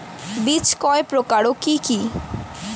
বীজ কয় প্রকার ও কি কি?